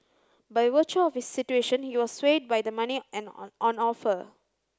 by virtue of his situation he was swayed by the money and on on offer